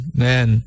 man